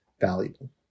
valuable